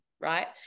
right